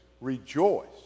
Rejoice